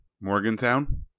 Morgantown